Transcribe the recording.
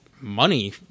money